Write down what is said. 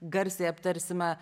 garsiai aptarsime